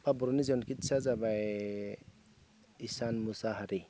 बा बर'नि जन किट्सआ जाबाय इसान मुसाहारि